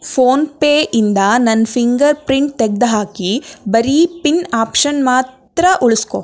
PhonePe ಇಂದ ನನ್ನ fingerprint ತೆಗೆದು ಹಾಕಿ ಬರೀ ಪಿನ್ ಆಪ್ಷನ್ ಮಾತ್ರ ಉಳಿಸ್ಕೊ